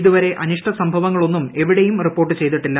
ഇതുവരെ അനിഷ്ട സംഭവങ്ങളൊന്നും എവിടേയും റിപ്പോർട്ട് ചെയ്തിട്ടില്ല